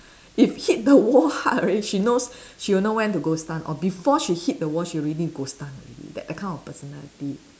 if hit the wall hard already she knows she will know when to gostan or before she hit the wall she already gostan already that that kind of personality